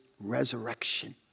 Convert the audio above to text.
resurrection